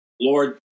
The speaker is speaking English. Lord